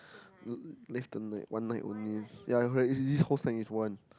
live tonight one night only ya correct this whole sec is one